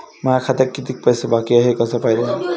माया खात्यात कितीक पैसे बाकी हाय हे कस पायता येईन?